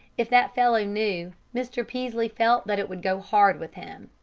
if that fellow knew, mr. peaslee felt that it would go hard with him.